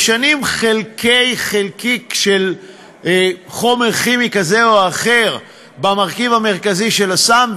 משנים חלקי חלקיק של חומר כימי כזה או אחר במרכיב המרכזי של הסם,